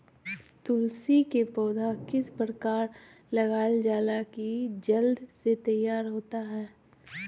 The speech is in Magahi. तुलसी के पौधा को किस प्रकार लगालजाला की जल्द से तैयार होता है?